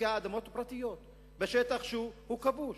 מפקיעה אדמות פרטיות בשטח שהוא כבוש.